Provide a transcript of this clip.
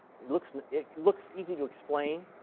it looks and it looks easy to explain,